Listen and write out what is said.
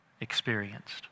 experienced